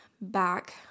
back